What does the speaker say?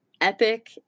epic